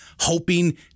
hoping